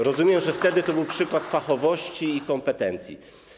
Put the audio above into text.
Rozumiem, że wtedy to był przykład fachowości i kompetencji.